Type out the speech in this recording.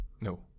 No